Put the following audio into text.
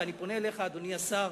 ואני פונה אליך, אדוני השר